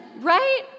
Right